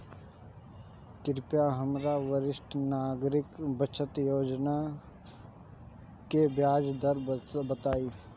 कृपया हमरा वरिष्ठ नागरिक बचत योजना के ब्याज दर बताइं